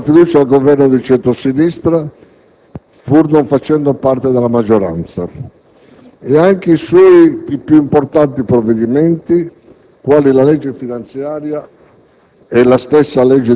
ho votato anche la fiducia al Governo di centrosinistra, pur non facendo parte della maggioranza, e anche i suoi più importanti provvedimenti quali la legge finanziaria